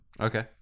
Okay